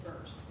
first